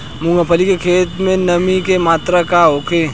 मूँगफली के खेत में नमी के मात्रा का होखे?